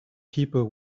people